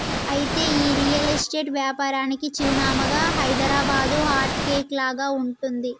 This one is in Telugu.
అయితే ఈ రియల్ ఎస్టేట్ వ్యాపారానికి చిరునామాగా హైదరాబాదు హార్ట్ కేక్ లాగా ఉంటుంది